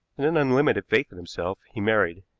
and an unlimited faith in himself, he married.